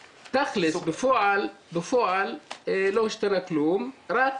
בפועל לא השתנה כלום, רק